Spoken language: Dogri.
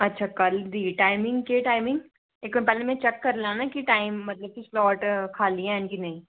अच्छा कल दी टाइमिंग केह् टाइमिंग एक्क मैंट पैह्ले मैं चैक्क करी लां नीं कि टाइम मतलब कि स्लाट खाल्ली हैन कि नेईं